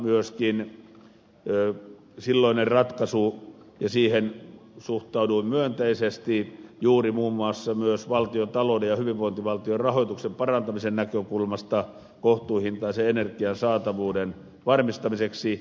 myöskin silloiseen ratkaisuun suhtauduin myönteisesti juuri muun muassa myös valtiontalouden ja hyvinvointivaltion rahoituksen parantamisen näkökulmasta kohtuuhintaisen energian saatavuuden varmistamiseksi